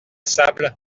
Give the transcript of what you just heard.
sable